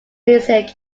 music